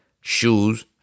Shoes